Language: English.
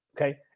Okay